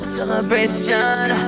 Celebration